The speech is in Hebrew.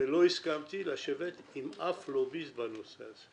-- ולא הסכמתי לשבת עם אף לוביסט בנושא הזה,